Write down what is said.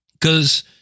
Cause